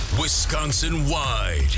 Wisconsin-wide